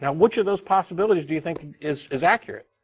which of those possibilities do you think is is accurate?